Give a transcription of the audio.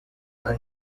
the